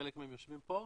שחלק מהם יושבים כאן.